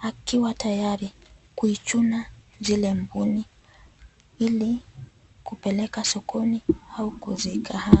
akiwa tayari kuichuna zile mbuni ili kupeleka sokoni au kuzikaanga.